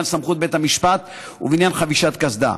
סמכות בית המשפט ובעניין חבישת קסדה.